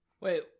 wait